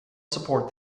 support